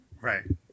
Right